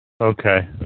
Okay